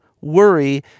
Worry